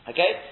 Okay